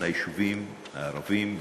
מגיעים ליישובים הערביים,